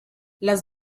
las